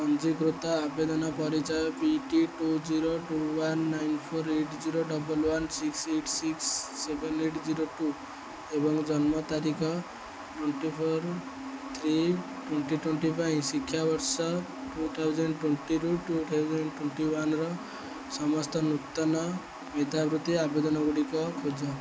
ପଞ୍ଜୀକୃତ ଆବେଦନ ପରିଚୟ P T two zero two one nine four eight zero double one six eight six seven eight zero two ଏବଂ ଜନ୍ମ ତାରିଖ twenty four three twenty twenty ପାଇଁ ଶିକ୍ଷାବର୍ଷ ଟୁ ଥାଉଜେଣ୍ଟ ଟ୍ୱେଣ୍ଟିରୁ ଟୁ ଥାଉଜେଣ୍ଟ ଟ୍ୱେଣ୍ଟି ୱାନ୍ର ସମସ୍ତ ନୂତନ ମେଧାବୃତ୍ତି ଆବେଦନ ଗୁଡ଼ିକ ଖୋଜ